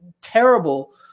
terrible